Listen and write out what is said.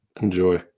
Enjoy